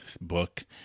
book